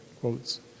quotes